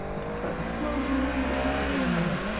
we talked about disclosure, we talked about,